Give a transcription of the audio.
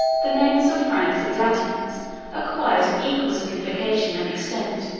the names of franks and latins acquired an equal signification and extent